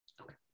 Okay